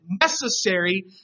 necessary